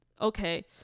okay